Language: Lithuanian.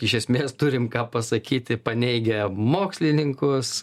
iš esmės turim ką pasakyti paneigę mokslininkus